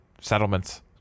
settlements